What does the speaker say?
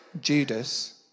Judas